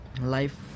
life